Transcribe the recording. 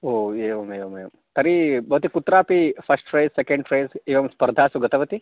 ओ एवमेवमेवं तर्हि भवति कुत्रापि फ़स्ट्फ़्रैस् सेकेण्ड् फ़्रैस् एवं स्पर्धा तु गतवति